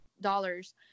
dollars